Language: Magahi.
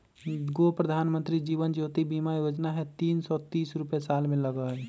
गो प्रधानमंत्री जीवन ज्योति बीमा योजना है तीन सौ तीस रुपए साल में लगहई?